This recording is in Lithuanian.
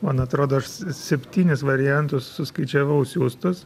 man atrodo aš s septynis variantus suskaičiavau siųstus